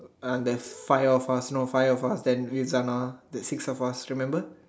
uh the five of us no five of us then with Zana the six of us remember